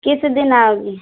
किस दिन आओगी